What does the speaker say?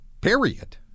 period